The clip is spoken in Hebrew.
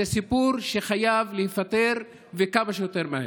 זה סיפור שחייב להיפתר וכמה שיותר מהר.